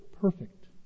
perfect